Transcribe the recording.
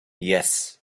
yes